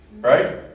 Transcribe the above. Right